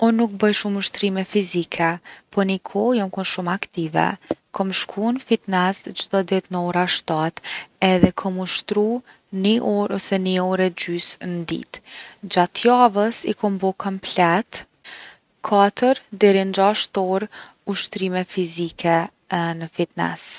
Unë nuk boj shumë ushtrime fizike po ni kohë jom kon shumë aktive. Kom shku në fitnes çdo ditë në ora 7 edhe kom ushtru 1 orë ose 1 orë e gjys’ n’ditë. Gjatë javës i kom bo komplet 4 deri n’6 orë ushtrime fizike në fitnes.